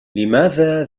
لماذا